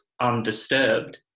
undisturbed